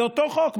זה אותו חוק,